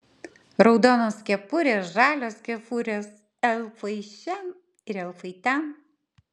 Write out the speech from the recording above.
raudonos kepurės žalios kepurės elfai šen ir elfai ten